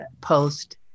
post